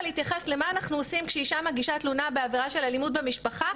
להתייחס למה אנחנו עושים כשאישה מגישה תלונה על אלימות במשפחה.